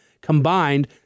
Combined